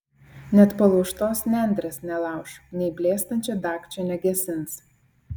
net palaužtos nendrės nelauš nei blėstančio dagčio negesins